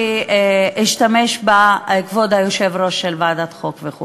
שהשתמש בה כבוד היושב-ראש של ועדת החוקה,